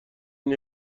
این